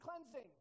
cleansing